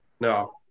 No